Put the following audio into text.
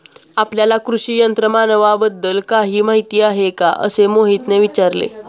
आपल्याला कृषी यंत्रमानवाबद्दल काही माहिती आहे का असे मोहितने विचारले?